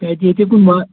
کَتہِ ییٚتہِ ہَے کُن وا